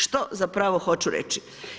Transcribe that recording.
Što zapravo hoću reći?